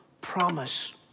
promise